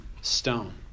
stone